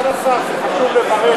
סגן השר, זה חשוב לברך.